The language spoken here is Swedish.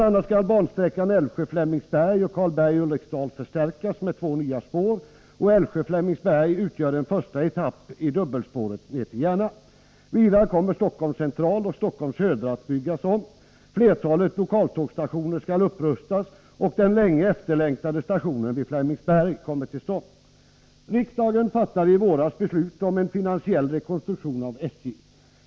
a. skall bansträckan Älvsjö-Flemingsberg och Karlberg-Ulriksdal förstärkas med två nya spår, och sträckan Älvsjö-Flemingsberg utgör en första etapp i dubbelspåret ner till Järna. Vidare kommer Stockholms Central och Stockholms Södra att byggas om. Flertalet lokaltågsstationer skall upprustas, och den länge efterlängtade stationen vid Flemingsberg kommer till stånd. Riksdagen fattade i våras beslut om en finansiell rekonstruktion av SJ.